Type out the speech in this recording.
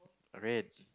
red